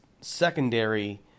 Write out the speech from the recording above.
secondary